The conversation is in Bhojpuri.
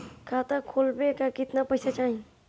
खाता खोलबे ला कितना पैसा चाही?